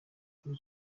ukuri